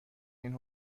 این